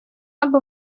або